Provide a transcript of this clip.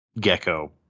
gecko